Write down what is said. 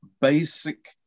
basic